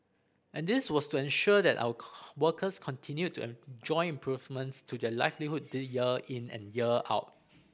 and this was to ensure that our workers continued to enjoy improvements to their livelihood year in and year out